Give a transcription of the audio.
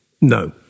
No